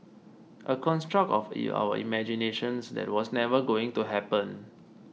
a construct of our imaginations that was never going to happen